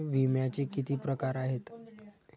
विम्याचे किती प्रकार आहेत?